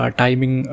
timing